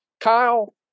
Kyle